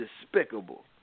despicable